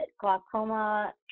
Glaucoma